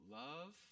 love